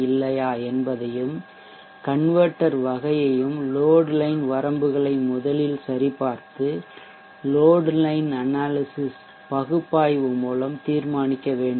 இல்லையா என்பதையும் கன்வெர்ட்டெர் வகையையும் லோட்லைன் வரம்புகளை முதலில் சரிபார்த்து லோட்லைன் அனாலிசிஷ்பகுப்பாய்வு மூலம் தீர்மானிக்க வேண்டும்